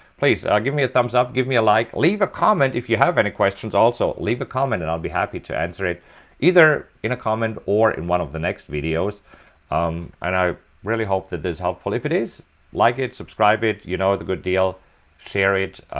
please ah give me a thumbs up give me a like leave a comment if you have any questions, also, leave a comment and i'll be happy to answer it either in a comment or in one of the next videos um and i really hope that is helpful. if it is like it subscribe it, you know the good deal share it